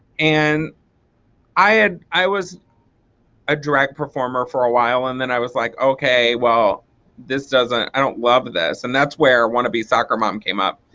and and i was a drag performer for a while and then i was like okay well this doesn't i don't love this. and that's where wannabe soccer mom came up.